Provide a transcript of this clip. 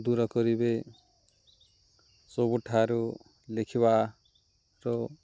ଦୂର କରିବେ ସବୁଠାରୁ ଲେଖିବାର